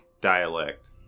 dialect